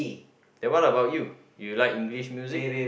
then what about you you like English music